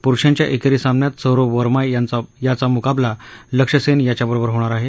प्रुषांच्या एकेरी सामान्यात सौरभ वर्मा यांचा मुकाबला लक्ष्य सेन यांच्याबरोबर होणार आहे